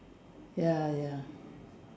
ya ya